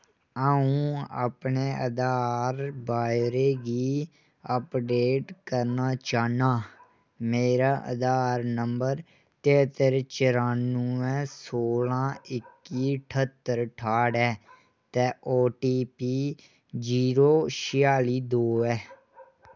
अ'ऊं अपने अधार ब्यौरे गी अपडेट करना चाह्न्नां मेरा अधार नंबर तरत्तर चरानुऐ सोलह्ं इक्की ठहत्तर ठाह्ट ऐ ते ओ टी पी जीरो छिआली दो ऐ